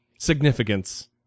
significance